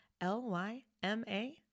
L-Y-M-A